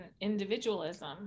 individualism